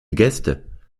gäste